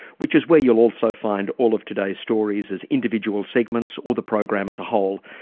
which is where you'll also find all of today's stories as individual segments or the program as a whole,